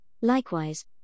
likewise